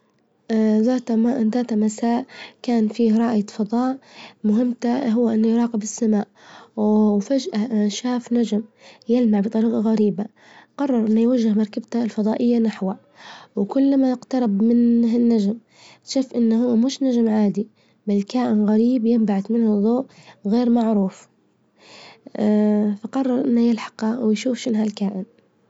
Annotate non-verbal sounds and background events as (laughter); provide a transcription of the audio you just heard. (hesitation) ذات ذات م- مساء كان فيه رائد فظاء، مهمته هو إنه يراقب السماء، وفجأة شاف نجم يلمع بطريقة غريبة، قرر إنه يوجه مركبته الفظائية نحوه، وكلما اقترب منها النجم، شاف إنه هو مش نجم عادي، بل كائن غريب غير معروف، (hesitation) فقرر إنه يلحقه ويشوف شنوهالكائن. (noise)